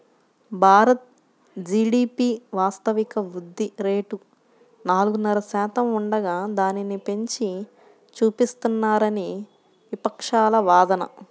Bharat GDP వాస్తవిక వృద్ధి rate నాలుగున్నర శాతం ఉండగా దానిని పెంచి చూపిస్తున్నారని విపక్షాల వాదన